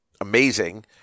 Amazing